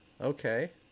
Okay